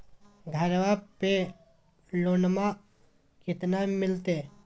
घरबा पे लोनमा कतना मिलते?